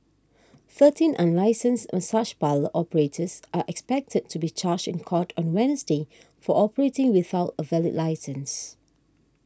thirteen unlicensed massage parlour operators are expected to be charged in court on Wednesday for operating without a valid licence